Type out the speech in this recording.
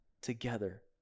together